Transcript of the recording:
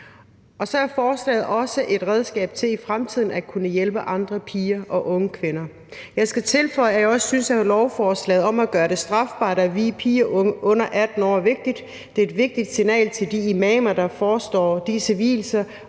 Og så er forslaget også et redskab til i fremtiden at kunne hjælpe andre piger og unge kvinder. Jeg skal tilføje, at jeg også synes, at forslaget om at gøre det strafbart at vie piger under 18 år er vigtigt. Det er et vigtigt signal til de imamer, der forestår disse vielser,